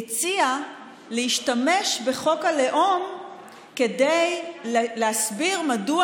הציע להשתמש בחוק הלאום כדי להסביר מדוע